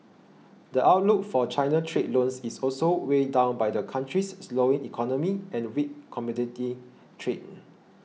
the outlook for China trade loans is also weighed down by the country's slowing economy and weak commodity trade